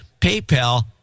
PayPal